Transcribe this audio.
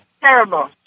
terrible